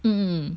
mm